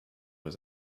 was